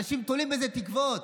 אנשים תולים בזה תקוות.